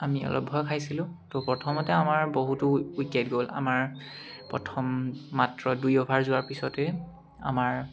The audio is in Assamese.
আমি অলপ ভয় খাইছিলোঁ তো প্ৰথমতে আমাৰ বহুতো উইকেট গ'ল আমাৰ প্ৰথম মাত্ৰ দুই অভাৰ যোৱাৰ পিছতেই আমাৰ